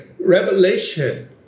revelation